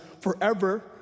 forever